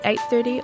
8.30